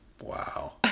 wow